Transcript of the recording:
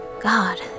God